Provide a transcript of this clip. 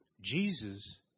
Jesus